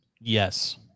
Yes